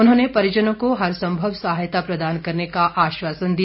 उन्होंने परिजनों को हर संभव सहायता प्रदान करने का आश्वासन दिया